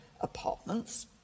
apartments